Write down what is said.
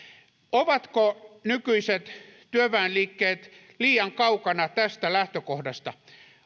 ovatko nykyiset työväenliikkeet liian kaukana tästä lähtökohdasta